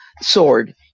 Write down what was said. sword